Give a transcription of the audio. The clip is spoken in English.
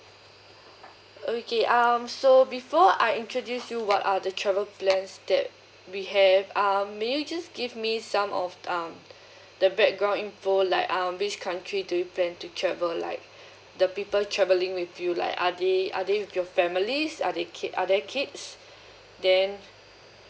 okay um so before I introduce you what are the travel plans that we have um may you just give me some of um the background info like um which country do you plan to travel like the people travelling with you like are they are they with your families are they kid are they kids then